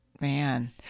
Man